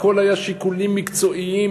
הכול היה שיקולים מקצועיים.